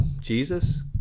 Jesus